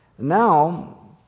now